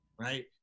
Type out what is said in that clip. right